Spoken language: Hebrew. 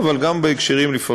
אבל לפעמים גם בהקשרים ביטחוניים,